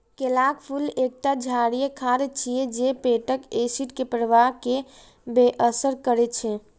केलाक फूल एकटा क्षारीय खाद्य छियै जे पेटक एसिड के प्रवाह कें बेअसर करै छै